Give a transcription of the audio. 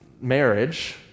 marriage